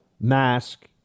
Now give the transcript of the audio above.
mask